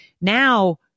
now